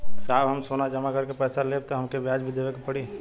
साहब हम सोना जमा करके पैसा लेब त हमके ब्याज भी देवे के पड़ी?